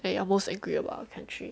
that you are most agree about our country